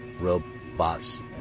Robots